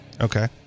Okay